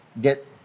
get